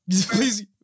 please